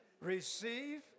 receive